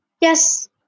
Yes